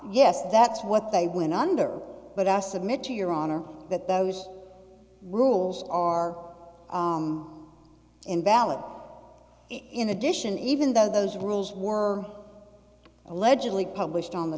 yes that's what they went under but i submit to your honor that those rules are invalid in addition even though those rules were allegedly published on the